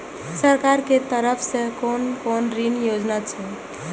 सरकार के तरफ से कोन कोन ऋण योजना छै?